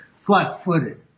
flat-footed